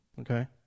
Okay